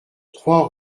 trois